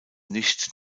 nicht